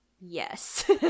yes